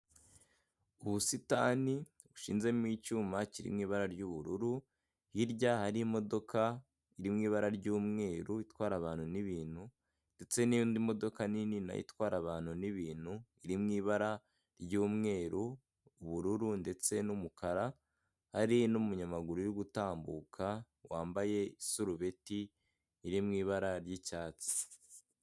Ubusitani bushinzemo icyuma kiri mu ibara ry'ubururu, hirya hari imodoka iri mu ibara ry'umweru itwara abantu n'ibintu ndetse n'iy'indi modoka nini na yo itwara abantu n'ibintu iri mu ibara ry'umweru, ubururu ndetse n'umukara, hari n'umunyamaguru uri gutambuka wambaye isurubeti iri mu ibara ry'icyatsi.